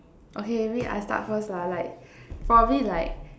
okay wait I start first lah like probably like